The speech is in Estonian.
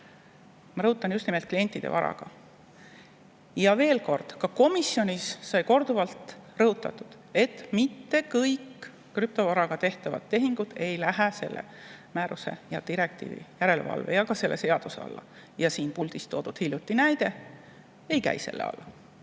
Ma rõhutan: just nimelt klientide varaga. Ja veel kord, ka komisjonis sai korduvalt rõhutatud, et mitte kõik krüptovaraga tehtavad tehingud ei lähe selle määruse ja direktiivi järelevalve ja ka selle seaduse alla. Siin puldis toodud hiljutine näide ei käi selle alla.